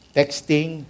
texting